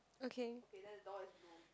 okay